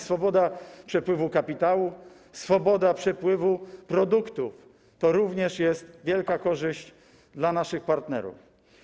Swoboda przepływu kapitału, swoboda przepływu produktów - to również jest wielka korzyść dla naszych partnerów.